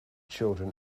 children